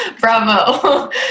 Bravo